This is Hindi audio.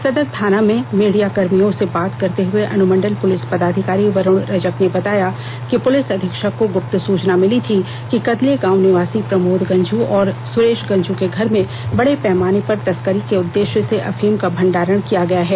सदर थाना में मीडियाकर्मियों से बात करते हुए अनुमंडल पुलिस पदाधिकारी वरुण रजक ने बताया कि पुलिस अधीक्षक को गुप्त सूचना मिली थी कि कदले गांव निवासी प्रमोद गंझू और सुरेश गंझू के घर में बड़े पैमाने पर तस्करी के उद्देश्य से अफीम का भंडारण किया गया है